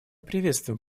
приветствуем